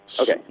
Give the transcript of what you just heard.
Okay